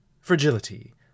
Fragility